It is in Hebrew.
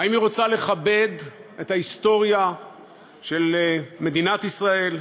האם היא רוצה לכבד את ההיסטוריה של מדינת ישראל,